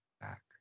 back